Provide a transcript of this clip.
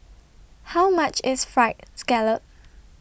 How much IS Fried Scallop